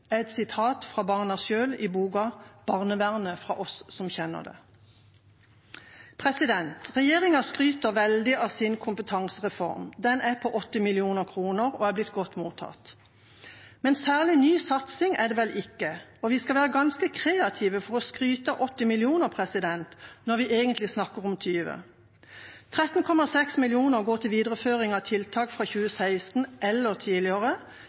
et sitat fra barna selv i boka «Barnevernet fra oss som kjenner det». Regjeringa skryter veldig av sin kompetansereform. Den er på 80 mill. kr og er blitt godt mottatt. Men særlig ny satsing er det vel ikke, og vi skal være ganske kreative for å skryte av 80 mill. kr når vi egentlig snakker om 20 mill. kr. 13,6 mill. kr går til videreføring av tiltak fra 2016 eller tidligere,